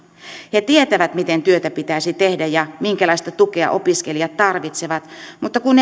he tietävät miten työtä pitäisi tehdä ja minkälaista tukea opiskelijat tarvitsevat mutta kun